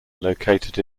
located